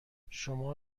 شما